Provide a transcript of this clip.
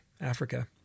Africa